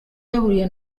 yahuriye